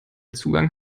zugang